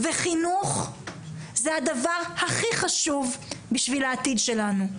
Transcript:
וחינוך זה הדבר הכי חשוב בשביל העתיד שלנו.